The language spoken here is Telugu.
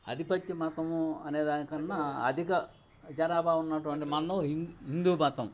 ఆధిపత్య మతము అనేదాని కన్నా అధిక జనాభా ఉన్నటువంటి మందం హిందూ మతం